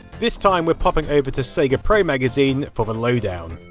this time we're popping over to sega pro magazine for the low down.